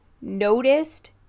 noticed